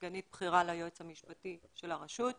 סגנית בכירה ליועץ המשפטי של הרשות.